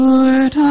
Lord